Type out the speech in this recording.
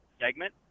segment